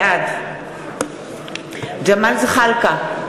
בעד ג'מאל זחאלקה,